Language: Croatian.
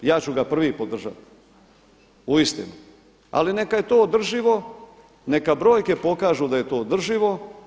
Ja ću ga prvi podržati, uistinu ali neka je to održivo, neka brojke pokažu da je to održivo.